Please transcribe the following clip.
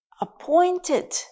appointed